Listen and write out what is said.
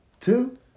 Two